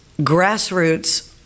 grassroots